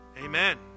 Amen